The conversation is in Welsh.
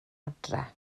adra